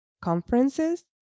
conferences